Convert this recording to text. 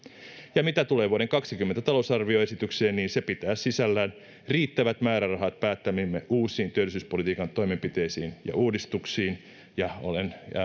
ja mitä tulee vuoden kaksituhattakaksikymmentä talousarvioesitykseen niin se pitää sisällään riittävät määrärahat päättämiimme uusiin työllisyyspolitiikan toimenpiteisiin ja uudistuksiin olen